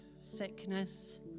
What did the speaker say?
sickness